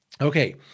Okay